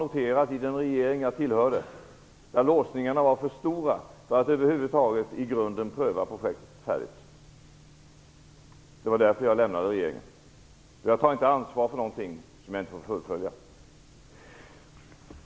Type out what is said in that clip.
I den regering som jag tillhörde noterade jag att låsningarna var för stora för att man över huvud taget i grunden skulle kunna pröva projektet färdigt. Därför lämnade jag regeringen. Jag tar inte ansvar för någonting som jag inte får fullfölja.